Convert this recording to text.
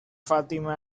fatima